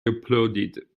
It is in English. applauded